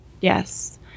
Yes